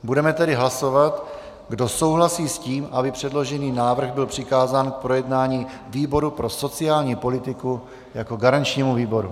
Budeme tedy hlasovat, kdo souhlasí s tím, aby předložený návrh byl přikázán k projednání výboru pro sociální politiku jako garančnímu výboru.